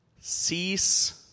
cease